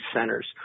centers